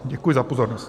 Děkuji za pozornost.